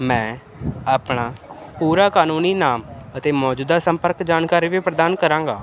ਮੈਂ ਆਪਣਾ ਪੂਰਾ ਕਾਨੂੰਨੀ ਨਾਮ ਅਤੇ ਮੌਜੂਦਾ ਸੰਪਰਕ ਜਾਣਕਾਰੀ ਵੀ ਪ੍ਰਦਾਨ ਕਰਾਂਗਾ